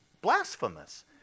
blasphemous